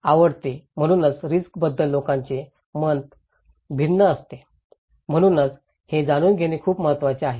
आवडते म्हणूनच रिस्कबद्दल लोकांचे मत भिन्न असते म्हणूनच हे जाणून घेणे खूप महत्वाचे आहे